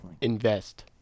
Invest